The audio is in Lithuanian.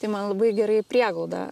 tai man labai gerai prieglauda